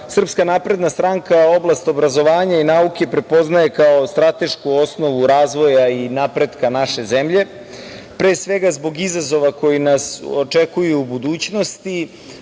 istaknemo da SNS, oblast obrazovanja i nauke prepoznaje kao stratešku osnovu razvoja i napretka naše zemlje, pre svega zbog izazova koji nas očekuju u budućnosti,